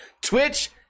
Twitch